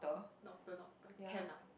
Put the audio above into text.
doctor doctor can lah